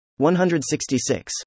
166